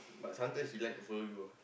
but sometimes he like to follow you ah